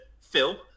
Phil